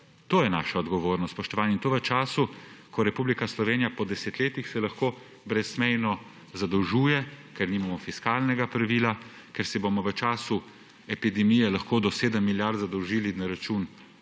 To je naša odgovornost, spoštovani, in to v času, ko se Republika Slovenija po desetletjih lahko brezmejno zadolžuje, ker nimamo fiskalnega pravila, ker se bomo v času epidemije lahko do 7 milijard zadolžil na račun